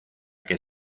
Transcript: que